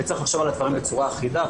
וצריך לחשוב על הדברים בצורה אחידה.